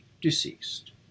deceased